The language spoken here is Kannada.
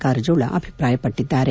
ಕಾರಜೋಳ ಅಭಿಪ್ರಾಯಪಟ್ಟಿದ್ದಾರೆ